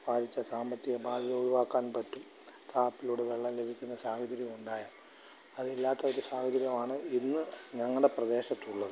ഭാരിച്ച സാമ്പത്തിക ബാധ്യത ഒഴിവാക്കാന് പറ്റും ടാപ്പിലൂടെ വെള്ളം ലഭിക്കുന്ന സാഹചര്യം ഉണ്ടായാല് അത് ഇല്ലാത്തൊരു സാഹചര്യമാണ് ഇന്ന് ഞങ്ങളുടെ പ്രദേശത്തുള്ളത്